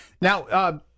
Now